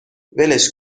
ولش